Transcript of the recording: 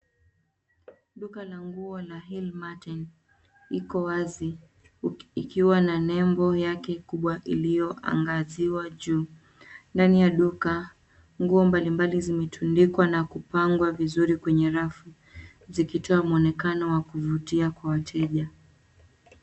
Duka la nguo la hillmarten iko wazi, ikiwa na nembo yake kubwa iliyoangaziwa juu. Ndani ya duka nguo mbalimbali zimetundikwa na kupangwa vizuri kwenye rafu, zikitoa mwonekano wa kuvutia kwa wateja.